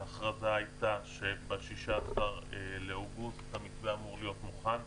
ההכרזה הייתה שב-16 באוגוסט המתווה אמור להיות מוכן,